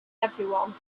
everyone